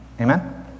Amen